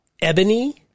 Ebony